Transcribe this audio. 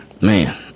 Man